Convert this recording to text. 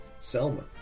Selma